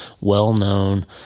well-known